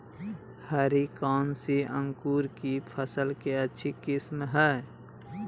हरी कौन सी अंकुर की फसल के अच्छी किस्म है?